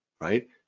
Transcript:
right